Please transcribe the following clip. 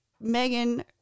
Megan